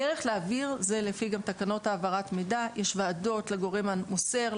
הדרך להעביר זה גם לפי תקנות העברת מידע יש ועדות לגורם המוסר,